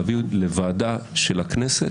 להביא לוועדה של הכנסת,